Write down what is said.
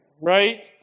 right